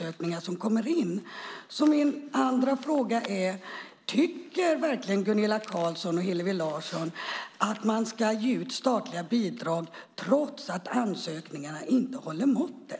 Min sista fråga är: Tycker verkligen Gunilla Carlsson och Hillevi Larsson att man ska ge statliga bidrag trots att ansökningarna inte håller måttet?